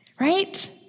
Right